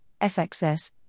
FXS